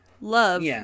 Love